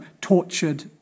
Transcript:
tortured